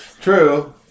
true